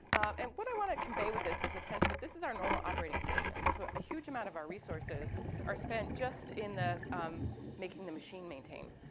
and what i wanna convey with this is a sense that this is our normal operating conditions. so a huge amount of our resources are spent just in the making the machine maintain.